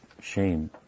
shame